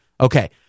Okay